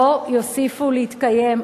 לא יוסיפו להתקיים.